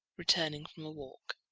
returning from a walk.